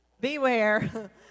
Beware